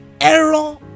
error